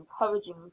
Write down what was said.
encouraging